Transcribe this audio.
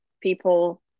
people